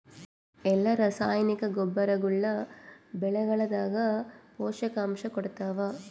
ಎಲ್ಲಾ ರಾಸಾಯನಿಕ ಗೊಬ್ಬರಗೊಳ್ಳು ಬೆಳೆಗಳದಾಗ ಪೋಷಕಾಂಶ ಕೊಡತಾವ?